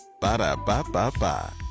Ba-da-ba-ba-ba